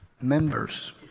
members